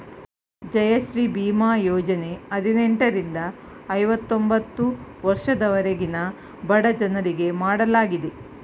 ಜನಶ್ರೀ ಬೀಮಾ ಯೋಜನೆ ಹದಿನೆಂಟರಿಂದ ಐವತೊಂಬತ್ತು ವರ್ಷದವರೆಗಿನ ಬಡಜನರಿಗೆ ಮಾಡಲಾಗಿದೆ